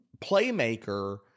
playmaker